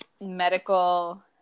medical